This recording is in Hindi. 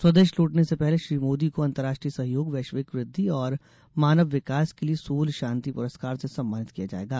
स्वदेश लौटने से पहले श्री मोदी को अंतरराष्ट्रीय सहयोग वैश्विक वृद्धि और मानव विकास के लिए सोल शांति पुरस्कार से सम्मानित किया जाएगा